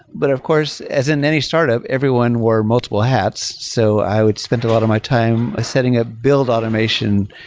but of course as in any startup, everyone wear multiple hats. so i would spend a lot of my time setting up ah build automation,